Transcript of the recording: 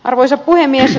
arvoisa puhemies